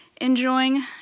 enjoying